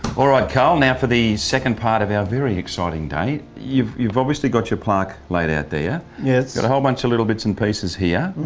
alright carl, now for the second part of our very exciting day, you've you've obviously got your plaque laid out there, yes. got a whole bunch of bits and pieces here,